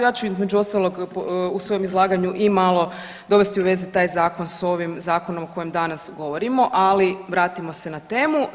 Ja ću između ostalog u svojem izlaganju i malo dovesti u vezu taj s ovim zakonom o kojem danas govorimo, ali vratimo se na temu.